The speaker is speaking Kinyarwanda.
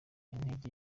ntege